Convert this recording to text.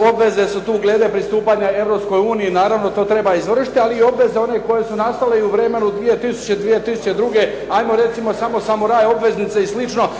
obveze su tu glede pristupanja Europskoj uniji. Naravno, to treba izvršiti ali i obveze one koje su nastale u vremenu 2000., 2002. Ajmo recimo samo samuraj obveznice i